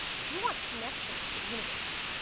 if you want connection to the universe,